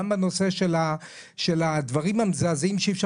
גם בנושא של הדברים המזעזעים שאי אפשר